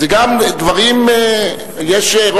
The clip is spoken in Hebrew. טיבי, יש פה תעתועי היסטוריה.